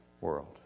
world